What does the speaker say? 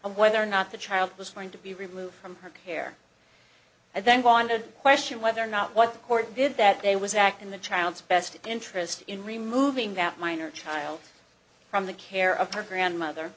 of whether or not the child was going to be removed from her care and then wandered questioned whether or not what the court did that day was act in the child's best interest in removing that minor child from the care of her grandmother